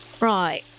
Right